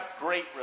great